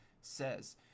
says